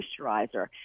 moisturizer